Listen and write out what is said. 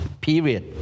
period